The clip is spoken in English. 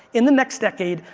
in the next decade,